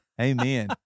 Amen